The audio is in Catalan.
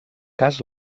cas